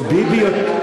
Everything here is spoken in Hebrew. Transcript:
וביבי נתניהו מסוגל?